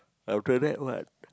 what